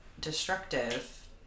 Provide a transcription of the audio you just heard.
destructive